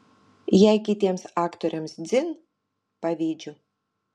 jei kitiems aktoriams dzin pavydžiu